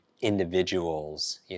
individuals